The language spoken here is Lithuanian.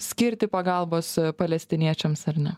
skirti pagalbos palestiniečiams ar ne